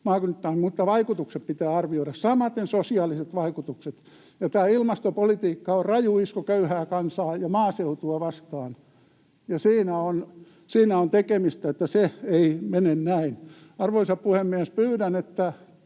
mutta vaikutukset pitää arvioida, samaten sosiaaliset vaikutukset. Tämä ilmastopolitiikka on raju isku köyhää kansaa ja maaseutua vastaan, ja siinä on tekemistä, että se ei mene näin. Arvoisa puhemies! Pyydän, että